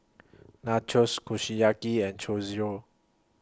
Nachos Kushiyaki and Chorizo